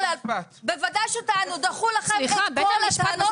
--- למה לא טענתם את זה בבית המשפט?